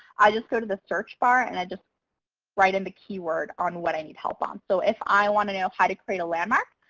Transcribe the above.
i just go to the search bar and i just write in the keyword on what i need help on. so if i want to know how to create a landmark,